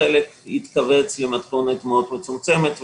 וחלק יתכווץ למתכונת מאוד מצומצמת.